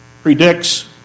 predicts